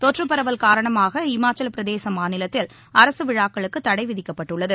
தொற்று பரவல் காரணமாக இமாச்சலப்பிரதேச மாநிலத்தில் அரசு விழாக்களுக்கு தளட விதிக்கப்பட்டுள்ளது